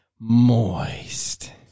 moist